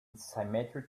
symmetric